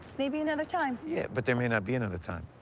maybe another time. yeah. but there may not be another time.